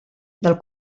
del